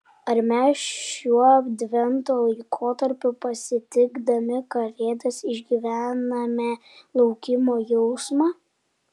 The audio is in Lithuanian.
ar mes šiuo advento laikotarpiu pasitikdami kalėdas išgyvename laukimo jausmą